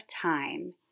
time